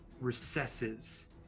recesses